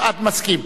מסכים.